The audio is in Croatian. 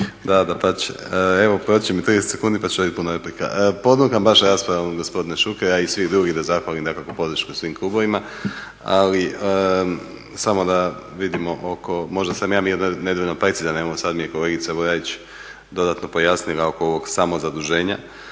dapače. Evo proći će mi 30 sekundi pa će biti puno replika. Ponukan baš raspravom gospodina Šukera a i svih drugih, da zahvalim nekako na podrški svih klubova, ali samo da vidimo oko, možda sam ja bio nedovoljno precizan. Evo sad mi je kolegica dodatno pojasnila oko ovog samozaduženja.